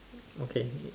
okay